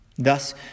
Thus